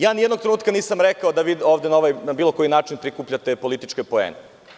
Nijednog trenutka nisam rekao da vi ovde na bilo koji način prikupljate političke poene.